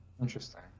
interesting